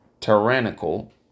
tyrannical